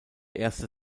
erste